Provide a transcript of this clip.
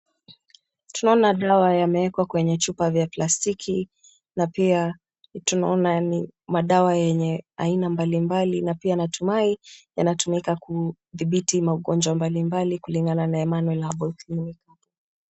Tunaona dawa yamewekwa kwenye chupa vya plastiki, na pia tunaona ni madawa yenye aina mbalimbali. Na pia natumai yanatumika kudhibiti magonjwa mbalimbali, kulingana na Emmanuel Herbal Clinic .